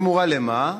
בתמורה למה?